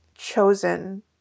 chosen